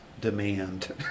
demand